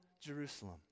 Jerusalem